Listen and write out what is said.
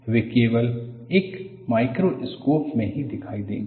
वे केवल एक माइक्रोस्कोप में ही दिखाई देंगे